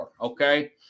Okay